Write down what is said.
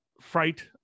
fright